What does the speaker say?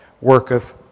worketh